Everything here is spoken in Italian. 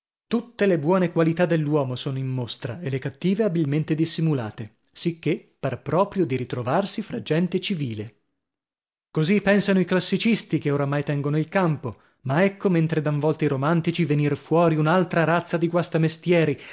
tutte le buone qualità dell'uomo sono in mostra e le cattive abilmente dissimulate sicchè par proprio di ritrovarsi fra gente civile così pensano i classicisti che oramai tengono il campo ma ecco mentre clan volta i romantici venir fuori un'altra razza di